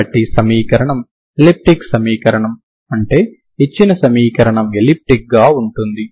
కాబట్టి సమీకరణం ఎలిప్టిక్ సమీకరణం అంటే ఇచ్చిన సమీకరణం ఎలిప్టిక్ గా ఉంటుంది